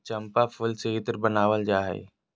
चम्पा फूल से इत्र बनावल जा हइ